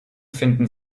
finden